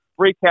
recap